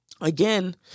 again